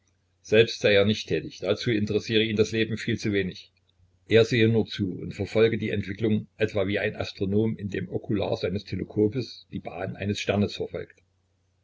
selbst sei er nicht tätig dazu interessiere ihn das leben viel zu wenig er sehe nur zu und verfolge die entwicklung etwa wie ein astronom in dem okular seines teleskopes die bahn eines sternes verfolge